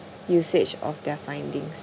usage of their findings